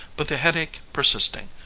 but the headache persisting,